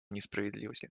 несправедливости